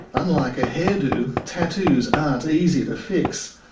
unlike a hairdo, tattoos aren't easy to fix.